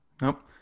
Nope